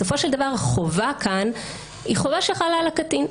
בסופו של דבר החובה כאן היא חובה שחלה על הקטין.